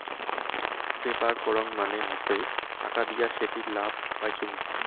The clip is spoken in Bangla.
ব্যাপার করং মানে হসে টাকা দিয়া সেটির লাভ পাইচুঙ